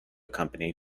company